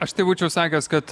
aš tai būčiau sakęs kad